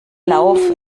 lauf